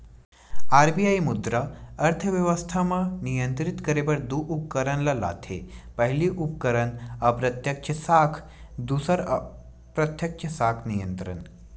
RBI मुद्रा अर्थबेवस्था म नियंत्रित करे बर दू उपकरन ल लाथे पहिली उपकरन अप्रत्यक्छ साख दूसर प्रत्यक्छ साख नियंत्रन